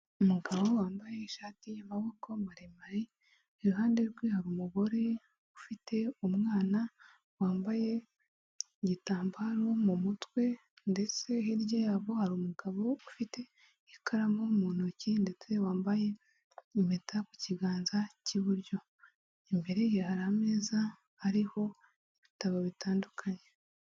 Umugabo wambaye ishati y'amaboko maremare iruhande rwe hari umugore ufite umwana wambaye igitambaro mu mutwe ndetse hirya yabo hari umugabo ufite ikaramu mu ntoki ndetse wambaye impeta ku kiganza cy'iburyo imbere ye hari ameza ahariho ibitabo bitandukanye.